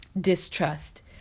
distrust